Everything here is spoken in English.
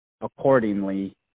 accordingly